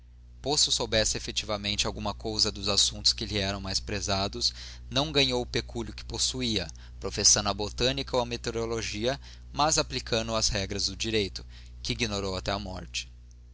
posto soubesse efetivamente alguma coisa dos assuntos que lhe eram mais prezados não ganhou o pecúlio que possuía professando a botânica ou a meteorologia mas aplicando as regras do direito que ignorou até à morte